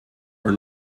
are